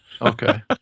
Okay